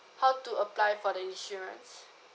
how to apply for the insurance